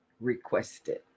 requested